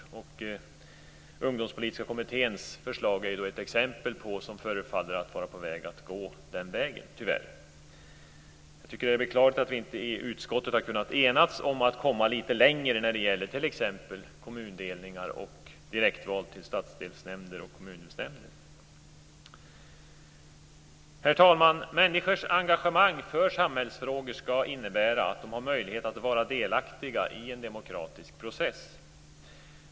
Exempelvis förefaller Ungdomspolitiska kommitténs förslag nu tyvärr hålla på att gå den vägen. Jag tycker att det är beklagligt att vi i utskottet inte har kunnat enas om att komma litet längre när det gäller t.ex. kommundelningar och direktval till stadsdelsnämnder och kommundelsnämnder. Herr talman! Människors engagemang för samhällsfrågor skall innebära att de har möjlighet att vara delaktiga i en demokratisk process.